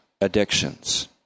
addictions